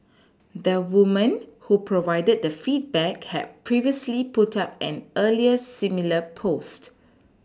the woman who provided the feedback had previously put up an earlier similar post